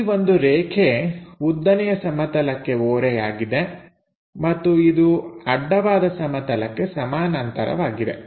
ಇಲ್ಲಿ ಒಂದು ರೇಖೆ ಉದ್ದನೆಯ ಸಮತಲಕ್ಕೆ ಓರೆಯಾಗಿದೆ ಮತ್ತು ಇದು ಅಡ್ಡವಾದ ಸಮತಲಕ್ಕೆ ಸಮಾನಾಂತರವಾಗಿದೆ